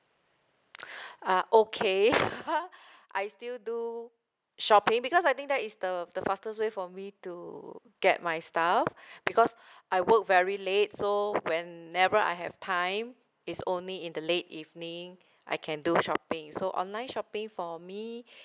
uh okay I still do shopping because I think that is the the fastest way for me to get my stuff because I work very late so whenever I have time it's only in the late evening I can do shopping so online shopping for me